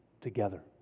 together